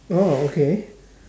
oh okay